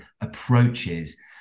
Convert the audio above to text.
approaches